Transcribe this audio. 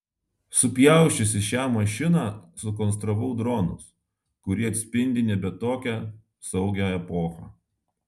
supjausčiusi šią mašiną sukonstravau dronus kurie atspindi nebe tokią saugią epochą